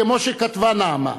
כמו שכתבה נעמה,